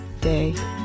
day